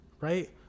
Right